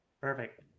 Perfect